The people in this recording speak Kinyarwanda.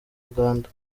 uganda